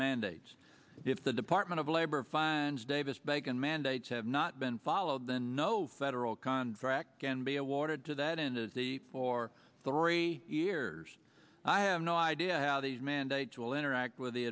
mandates if the department of labor finds davis bacon mandates have not been followed then no federal contract can be awarded to that in the for three years i have no idea how these mandates will interact with the